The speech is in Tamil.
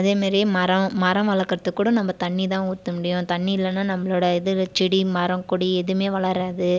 அதே மாதிரி மரம் மரம் வளர்க்குறத்துக்குக் கூட நம்ம தண்ணிதான் ஊற்ற முடியும் தண்ணி இல்லைனா நம்மளோடய இது செடி மரம் கொடி எதுவுமே வளராது